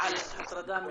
על הטרדה מינית.